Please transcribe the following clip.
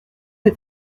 est